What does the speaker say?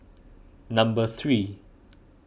number three